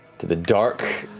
to the dark,